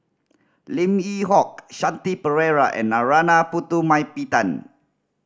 Lim Yew Hock Shanti Pereira and Narana Putumaippittan